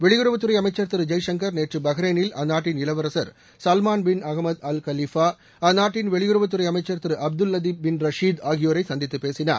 வெளியுறவுத்துறை அமைச்சா் திரு ஜெய்சங்கா் நேற்று பக்ரைனில் அந்நாட்டின் இளவரசா் Salman bin Ahmed Al Khalifa அந்நாட்டின் வெளியுறவுத்துறை அமைச்சர் திரு அப்துல் லத்தீப் பின் ரஷீத் ஆகியோரை சந்தித்து பேசினார்